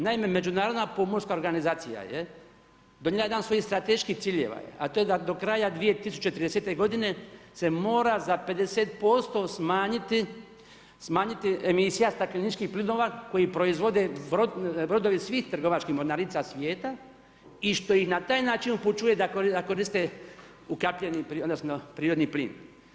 Naime, međunarodna pomorska organizacija je donijela jedan svoj strateški ciljeva, a to je da do kraja 2030. godine se mora za 50% smanjiti emisija stakleničkih plinova koji proizvode brodovi svih trgovački mornarica svijeta i što ih na taj način upućuje da koriste ukapljeni odnosno prirodni plin.